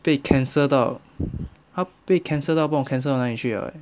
被 cancel 到她被 cancel 到不懂 cancel 到哪里去 liao eh